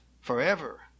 forever